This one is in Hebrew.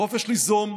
החופש ליזום,